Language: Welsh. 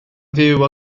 fyw